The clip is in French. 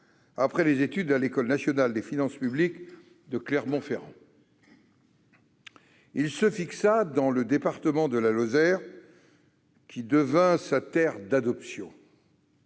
après des études à l'École nationale des finances publiques de Clermont-Ferrand. Il se fixa dans le département de la Lozère, qui devint sa terre d'adoption.